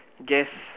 guess